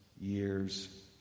years